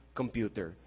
computer